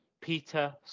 Peter